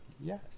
yes